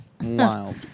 Wild